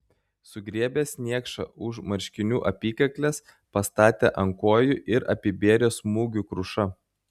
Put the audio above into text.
sugriebęs niekšą už marškinių apykaklės pastatė ant kojų ir apibėrė smūgių kruša